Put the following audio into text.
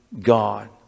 God